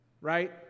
right